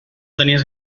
tenies